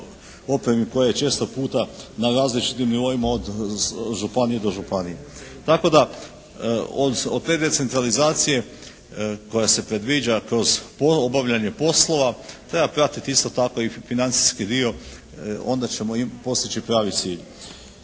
opremi koja je često puta na različitim nivoima od županije do županije. Tako da od te decentralizacije koja se predviđa kroz puno obavljanja poslova treba pratiti isto tako i financijski dio, onda ćemo postići pravi cilj.